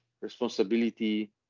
responsibility